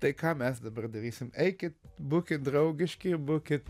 tai ką mes dabar darysim eikit būkit draugiški būkit